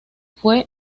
fue